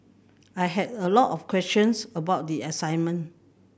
I had a lot of questions about the assignment